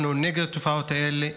אנחנו נגד התופעות האלה.